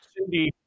Cindy